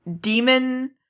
demon